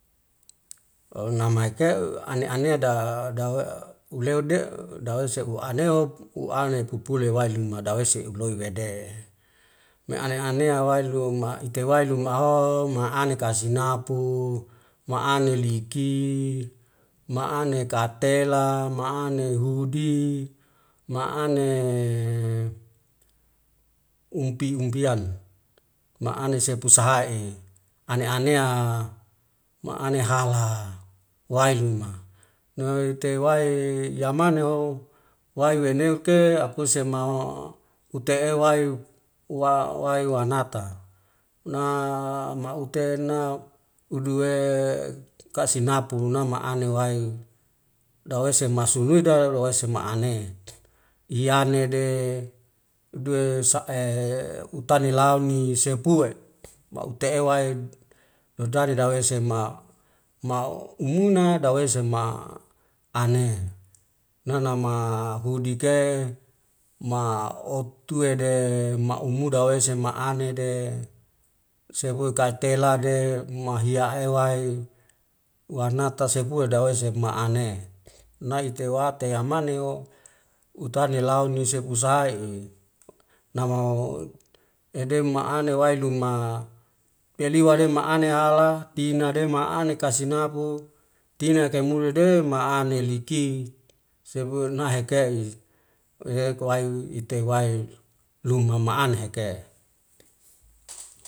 Namaike ane anea da da uleude dawese uaneo uane pupule wiluma dawese uloiwede, me ane anea wailuma ite wailuma aho ma ane kasinapu, ma ane liki, ma ane katela, ma ane hudiy, ma ane umpi umpian ma ane sepu sha'i ane ane ma ane hala wailuma. Nawete wai yameneho wai weneoke akuse ma ute'e wai wai wanata utena uduwe kasinapu nama ane wai dawese masuluwida wesema ane, ianede duwe sa utali launi sepu'e ma ute'e wai nudadi dawese ma ma umunu dawese ma ane, nana nama hudeke ma otuede maumuda dawese ma anede sekui kaitelade mahia ewai wanata sepua dawese ma naitewte yamaneo uyani launi sepu sai namau ede maane wailuma peliwali maane hala tinade maane kasinabu tinake mudede maane liki sepu nai heke'i ehekowai itewai luma maaneke.